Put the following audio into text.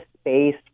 space